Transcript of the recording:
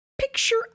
picture